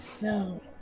No